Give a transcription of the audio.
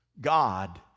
God